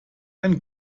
ein